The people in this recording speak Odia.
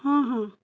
ହଁ ହଁ